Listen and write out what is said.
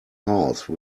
house